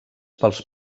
pels